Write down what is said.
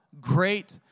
great